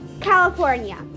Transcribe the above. California